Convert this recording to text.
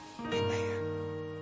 Amen